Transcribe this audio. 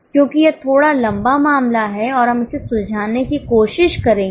क्योंकि यह थोड़ा लंबा मामला है और हम इसे सुलझाने की कोशिश करेंगे